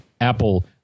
Apple